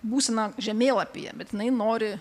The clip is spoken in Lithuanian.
būseną žemėlapyje bet jinai nori